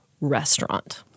Restaurant